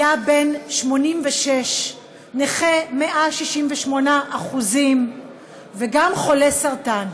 היה בן 86, נכה 168% וגם חולה סרטן.